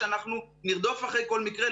שאנחנו נרדוף אחרי כל מקרה,